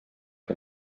que